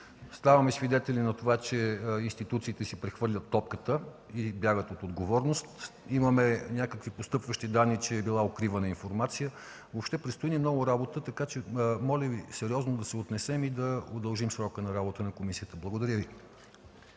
Ставаме свидетели на това, че институциите си прехвърлят топката и бягат от отговорност. Имаме някакви постъпващи данни, че е била укривана информация. Въобще предстои ни много работа, моля Ви сериозно да се отнесем и да удължим срока на работа на комисията. Благодаря Ви.